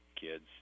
kids